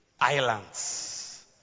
Islands